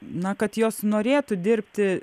na kad jos norėtų dirbti